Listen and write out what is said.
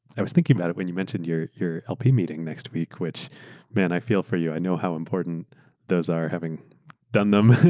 i was thinking about it when you mentioned your your lp meeting next week which man, i feel for you. i know how important those are having done them,